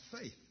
faith